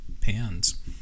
pans